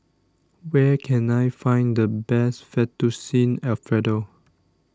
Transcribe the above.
where can I find the best Fettuccine Alfredo